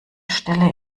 stelle